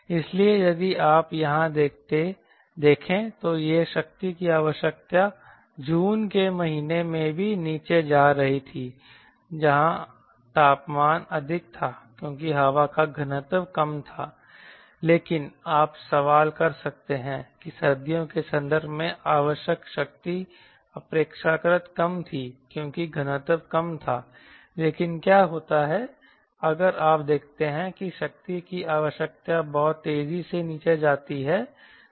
इसलिए यदि आप यहाँ देखें तो यह शक्ति की आवश्यकता जून के महीने में भी नीचे जा रही थी जहाँ तापमान अधिक था क्योंकि हवा का घनत्व कम था लेकिन आप सवाल कर सकते हैं कि सर्दियों के संदर्भ में आवश्यक शक्ति अपेक्षाकृत कम थी क्योंकि घनत्व कम था लेकिन क्या होता है अगर आप देखते हैं कि शक्ति की आवश्यकता बहुत तेजी से नीचे जाती है